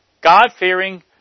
God-fearing